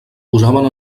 posaven